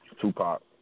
Tupac